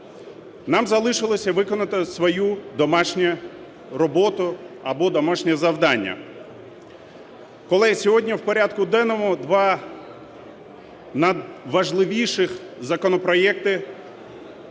Нам залишилося виконати свою домашню роботу або домашнє завдання. Колеги, сьогодні в порядку денному два надважливіших законопроекти